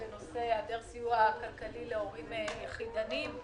בנושא היעדר סיוע כלכלי להורים יחידניים.